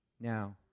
Now